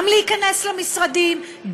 גם להיכנס למשרדים,